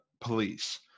police